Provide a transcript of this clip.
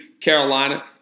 Carolina